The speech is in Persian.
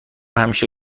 همیشه